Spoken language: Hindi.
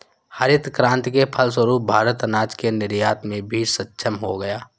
हरित क्रांति के फलस्वरूप भारत अनाज के निर्यात में भी सक्षम हो गया